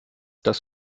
das